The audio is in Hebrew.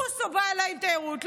בוסו בא אליי עם תיירות.